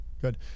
good